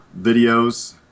videos